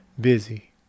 busy